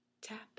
Tap